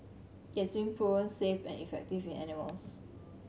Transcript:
it's in proven safe and effective in animals